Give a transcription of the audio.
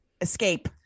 escape